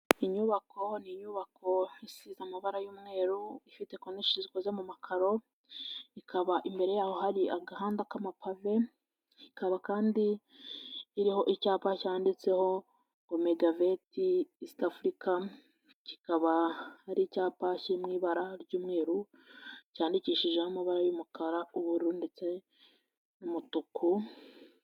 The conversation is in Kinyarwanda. Iyi nyubako ni inyubako isize amabara y'umweru, ifite konoshi zikoze mu makaro, ikaba imbere yaho hari agahanda k'amapave, ikaba kandi iriho icyapa cyanditseho ngo megaveti isite afurika, kikaba hari icyapa k'ibara ry'umweru cyandikishijeho amabara y'umukara, ubururu ndetse n'umutuku.